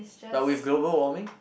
but with global warming